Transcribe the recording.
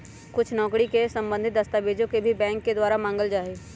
कुछ नौकरी से सम्बन्धित दस्तावेजों के भी बैंक के द्वारा मांगल जा हई